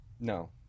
No